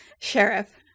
Sheriff